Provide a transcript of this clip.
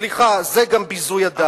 סליחה, זה גם ביזוי הדת בעיני.